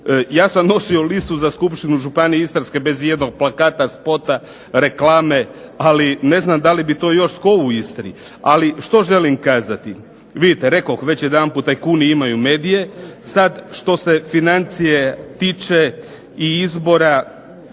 Ja sam nosio listu za skupštinu Županije istarske bez ijednog plakata, spota, reklame, ali ne znam da li bi to još tko u Istri. Ali što želim kazati, vidite rekoh već jedanput, tajkuni imaju medije. Sad što se financija tiče i izbora,